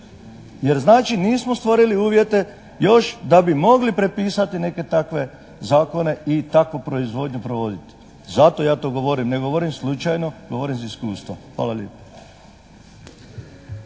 jer znači nismo stvorili uvjete još da bi mogli prepisati neke takve zakone i takvu proizvodnju provoditi. Zato ja to govorim. Ne govorim slučajno, govorim iz iskustva. Hvala lijepo.